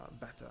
better